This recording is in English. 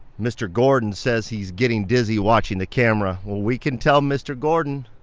mr. gordon says he's getting dizzy watching the camera. well, we can tell mr. gordon